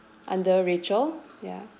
under rachel ya